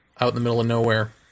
out-in-the-middle-of-nowhere